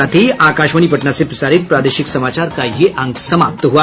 इसके साथ ही आकाशवाणी पटना से प्रसारित प्रादेशिक समाचार का ये अंक समाप्त हुआ